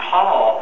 Paul